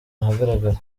ahagaragara